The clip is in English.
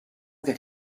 get